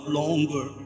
longer